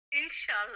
inshallah